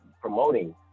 promoting